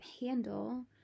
handle